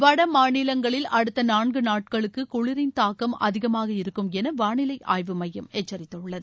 வடமாநிலங்களில் அடுத்த நான்கு நாட்களுக்கு குளிரின் தாக்கம் அதிகமாக இருக்கும் என வானிலை ஆய்வு மையம் எச்சரித்துள்ளது